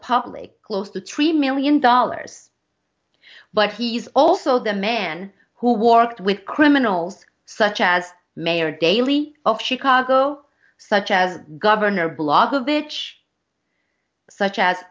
public close the tree million dollars but he's also the man who worked with criminals such as mayor daley of chicago such as governor blog a bitch such as